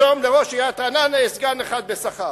היום יש לראש עיריית רעננה סגן אחד בשכר.